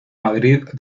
madrid